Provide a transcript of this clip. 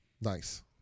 Nice